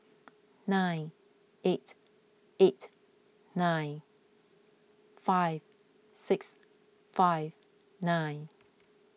nine eight eight nine five six five nine